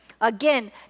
Again